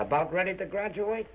about ready to graduate